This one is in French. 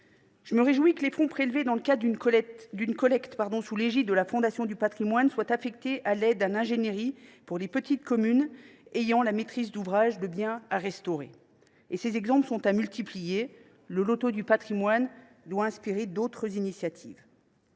Je me réjouis que les fonds prélevés dans le cadre d’une collecte réalisée sous l’égide de la Fondation du patrimoine soient affectés à l’aide à l’ingénierie à destination des petites communes ayant la maîtrise d’ouvrages de biens à restaurer. Ces exemples sont à multiplier. Le loto du patrimoine doit inspirer d’autres initiatives.